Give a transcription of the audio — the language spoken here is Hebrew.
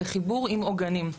בחיבור עם עוגנים.